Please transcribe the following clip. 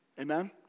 Amen